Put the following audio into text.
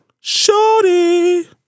Shorty